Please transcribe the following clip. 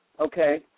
okay